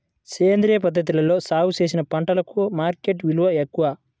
సేంద్రియ పద్ధతిలో సాగు చేసిన పంటలకు మార్కెట్ విలువ ఎక్కువ